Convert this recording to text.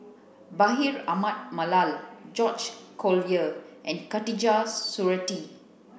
Bashir Ahmad Mallal George Collyer and Khatijah Surattee